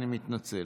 אני מתנצל.